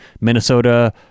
Minnesota